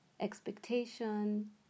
Expectation